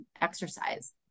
exercise